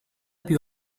più